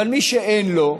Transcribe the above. אבל מי שאין לו,